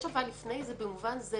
יש "אבל" לפני זה במובן זה